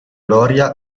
gloria